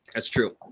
that's true.